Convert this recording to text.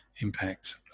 impact